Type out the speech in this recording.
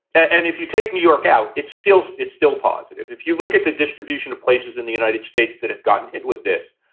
and if you take new york out, it's still it's still positive. if you look at the distribution of places in the united states that have gotten hit with this,